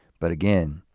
but again,